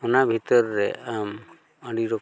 ᱚᱱᱟ ᱵᱷᱤᱛᱟᱹᱨ ᱨᱮ ᱟᱢ ᱟᱹᱰᱤᱨᱚᱠᱚᱢ